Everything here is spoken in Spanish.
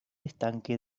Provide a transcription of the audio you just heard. estanque